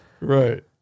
Right